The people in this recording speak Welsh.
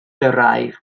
gyrraedd